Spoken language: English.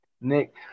nick